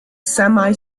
semi